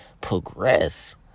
progress